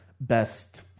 best